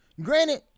Granted